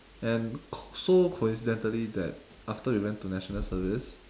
and c~ so coincidentally that after we went to national service